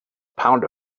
pound